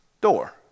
door